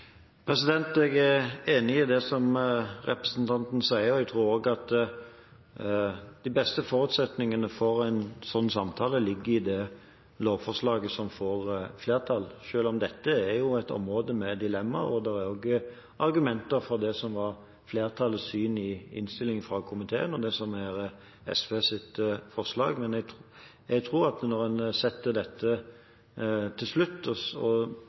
Jeg er enig i det som representanten sier. Jeg tror også at de beste forutsetningene for en sånn samtale ligger i det lovforslaget som får flertall, selv om dette er et område med dilemmaer, og det er også argumenter for det som var flertallets syn i innstillingen, og det som her er SVs forslag. Men jeg tror at når en ser dette til slutt